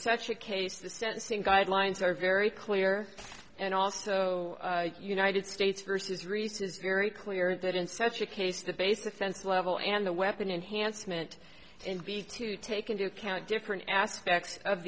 such a case the sentencing guidelines are very clear and also united states vs reese is very clear that in such a case the base offense level and the weapon enhanced meant and b to take into account different aspects of